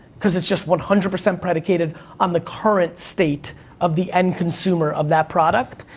cause it's just one hundred percent predicated on the current state of the end consumer of that product.